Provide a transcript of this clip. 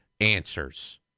answers